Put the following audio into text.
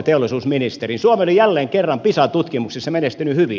suomi oli jälleen kerran pisa tutkimuksissa menestynyt hyvin